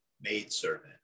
maidservant